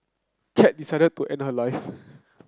cat decided to end her life